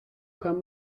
kann